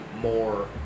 more